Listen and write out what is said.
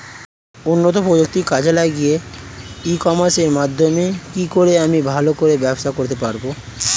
উন্নত প্রযুক্তি কাজে লাগিয়ে ই কমার্সের মাধ্যমে কি করে আমি ভালো করে ব্যবসা করতে পারব?